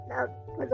Now